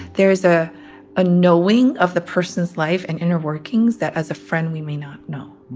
there's ah a knowing of the person's life and inner workings that, as a friend, we may not know.